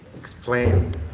explain